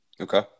Okay